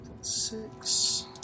six